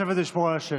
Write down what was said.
נא לשבת ולשמור על השקט.